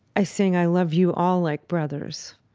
i sing, i love you all like brothers